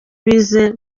bize